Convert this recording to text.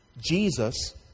Jesus